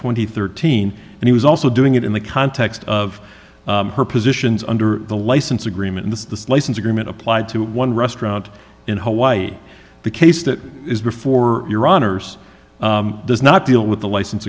and thirteen and he was also doing it in the context of her positions under the license agreement the license agreement applied to one restaurant in hawaii the case that is before your honor's does not deal with the license